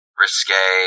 risque